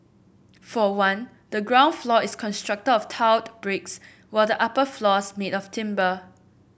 for one the ground floor is constructed of tiled bricks while the upper floors made of timber